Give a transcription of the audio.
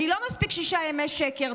כי לא מספיק שישה ימי שקר,